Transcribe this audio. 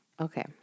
Okay